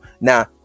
Now